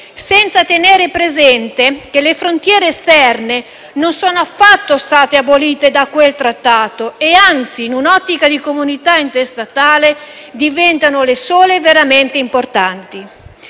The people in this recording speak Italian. senza tener presente che le frontiere esterne non sono affatto state abolite da quel trattato e, anzi, in un'ottica di comunità interstatale diventano le sole veramente importanti.